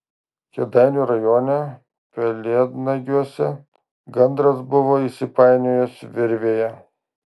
kėdainių rajone pelėdnagiuose gandras buvo įsipainiojęs virvėje